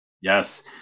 yes